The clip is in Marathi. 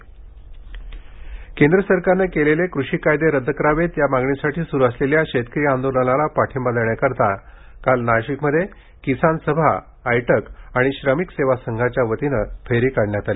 नाशिक बाईक रॅली केंद सरकारनं केलेले कृषी कायदे रदद करावेत या मागणीसाठी सुरु असलेल्या शेतकरी आंदोलनाला पाठिंबा देण्यासाठी काल नाशिकमध्ये किसान सभा आयटक आणि श्रमिक सेवा संघाच्या वतीनं फेरी काढण्यात आली